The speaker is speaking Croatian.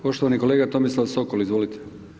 Poštovani kolega Tomislav Sokol, izvolite.